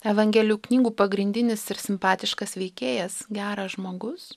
evangelijų knygų pagrindinis ir simpatiškas veikėjas geras žmogus